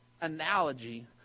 analogy